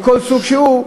מכל סוג שהוא,